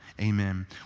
amen